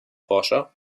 forscher